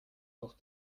noch